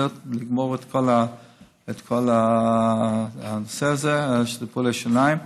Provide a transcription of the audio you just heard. נגמור את כל הנושא הזה של טיפולי שיניים.